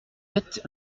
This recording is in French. êtes